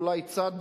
אולי במקום צ',